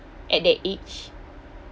at that age